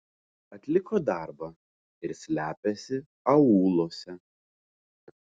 atliko darbą ir slepiasi aūluose